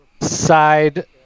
side